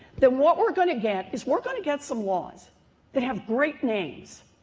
then what we're gonna get is we're gonna get some laws that have great names.